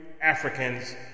Africans